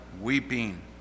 weeping